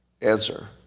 answer